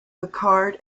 picard